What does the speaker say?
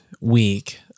week